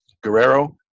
Guerrero